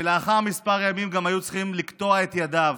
ולאחר כמה ימים גם היו צריכים לקטוע את ידיו.